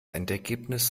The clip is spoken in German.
endergebnis